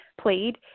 played